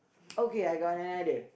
okay I got an idea